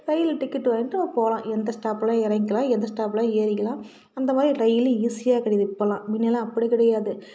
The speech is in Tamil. ரயிலில் டிக்கெட் வாங்கிகிட்டு நம்ம போகலாம் எந்த ஸ்டாப்பில் இறங்கிக்கலாம் எந்த ஸ்டாப்பில் ஏறிக்கலாம் அந்தமாதிரி ரயிலு ஈஸியாக கிடைக்குது இப்போல்லாம் முன்னல்லாம் அப்படி கிடையாது